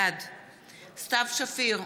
בעד סתיו שפיר,